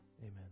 Amen